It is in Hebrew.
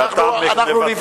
שאתה מבטא,